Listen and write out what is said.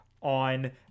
on